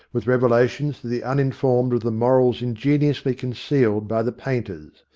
with revelations to the uninformed of the morals ingeniously concealed by the painters.